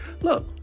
look